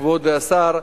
כבוד השר,